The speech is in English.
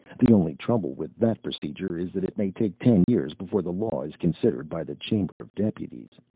the only trouble with that procedure is that it may take ten years before the law is considered by the chamber of deputies.